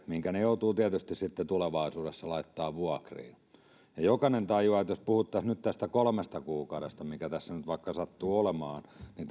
minkä ne joutuvat tietysti sitten tulevaisuudessa laittamaan vuokriin jokainen tajuaa että vaikka puhuttaisiin tästä kolmesta kuukaudesta mikä tässä nyt sattuu olemaan niin